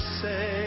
say